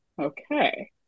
okay